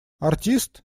артист